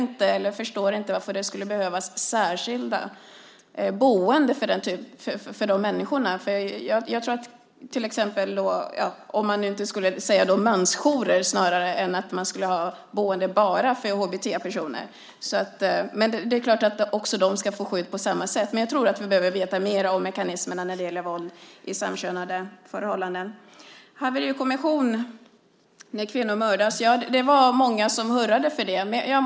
Men jag förstår inte varför det skulle behövas särskilda boenden för dessa människor, om det inte snarare handlar om mansjourer än om boende för bara HBT-personer. Men det är klart att också de ska få skydd på samma sätt. Jag tror att vi behöver veta mer om mekanismerna när det gäller våld i samkönade förhållanden. Det var många som hurrade över förslaget om en haverikommission när kvinnor mördas.